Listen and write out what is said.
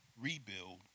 rebuild